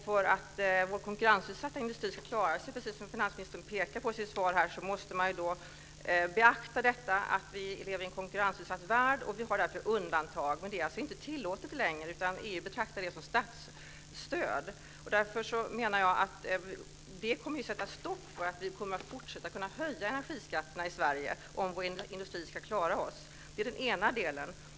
För att vår konkurrensutsatta industri ska klara sig, precis som finansministern pekar på i sitt svar, måste man beakta att vi lever i en konkurrensutsatt värld. Vi har därför undantag. Men det är inte tillåtet längre, eftersom EU betraktar det som statsstöd. Jag menar att det kommer att sätta stopp för att vi kommer att kunna fortsätta att höja energiskatterna i Sverige, om vår industri ska klara sig. Det är den ena delen.